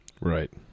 Right